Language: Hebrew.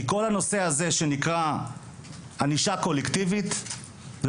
כי כל הנושא הזה שנקרא ענישה קולקטיבית זה